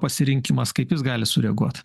pasirinkimas kaip jis gali sureaguot